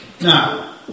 Now